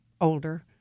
older